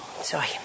Sorry